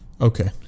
Okay